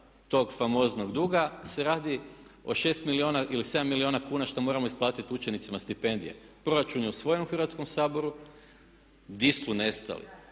tog famoznog duga se radi o 6 ili 7 milijuna kuna što moramo isplatiti učenicima stipendije. Proračun je usvojen u Hrvatskom saboru, gdje su nestali?